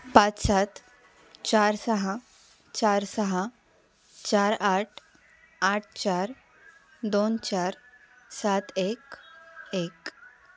पाच सात चार सहा चार सहा चार आठ आठ चार दोन चार सात एक एक